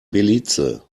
belize